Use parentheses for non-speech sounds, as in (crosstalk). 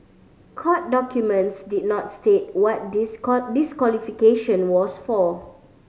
court documents did not state what this (unintelligible) this disqualification was for